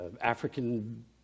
African